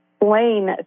explain